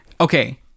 Okay